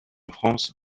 france